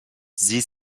sie